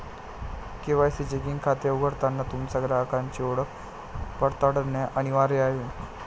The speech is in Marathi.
के.वाय.सी चेकिंग खाते उघडताना तुमच्या ग्राहकाची ओळख पडताळणे अनिवार्य आहे